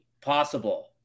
possible